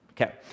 Okay